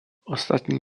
ostatní